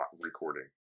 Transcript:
recording